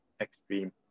extreme